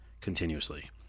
continuously